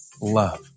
love